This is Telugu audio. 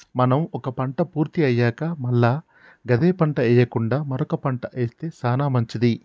మనం ఒక పంట పూర్తి అయ్యాక మల్ల గదే పంట ఎయ్యకుండా మరొక పంట ఏస్తె సానా మంచిది